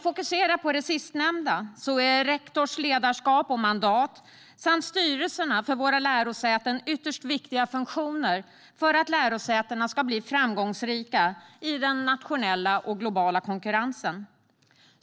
Beträffande de sistnämnda är rektors ledarskap och mandat samt styrelserna för våra lärosäten ytterst viktiga funktioner för att lärosätena ska bli framgångsrika i den nationella och globala konkurrensen.